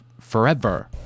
forever